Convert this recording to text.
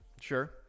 Sure